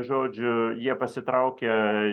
žodžiu jie pasitraukia